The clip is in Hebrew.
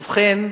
ובכן,